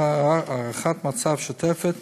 הערכת מצב שוטפת